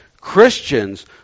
Christians